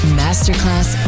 masterclass